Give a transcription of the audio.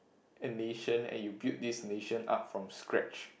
and nation and you build this nation up from scratch